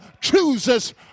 chooses